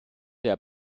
der